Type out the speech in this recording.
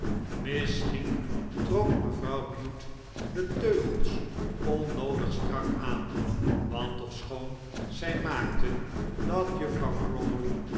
misschien trok mevrouw bute de teugels onnoodig strak aan want ofschoon zij maakte dat juffrouw